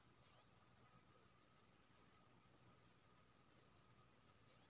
agrochemicals बेसी उपजा लेल आ गाछक बृद्धि लेल छीटल जाइ छै